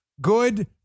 Good